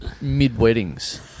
mid-weddings